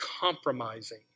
compromising